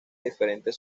diferentes